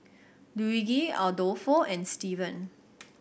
Luigi Adolfo and Steven